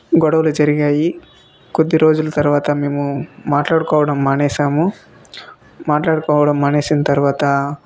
గొడవలు జరిగాయి కొద్ది రోజులు తర్వాత మేము మాట్లాడుకోవడం మానేసాము మాట్లాడుకోవడం మానేసిన తరవాత